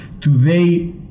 Today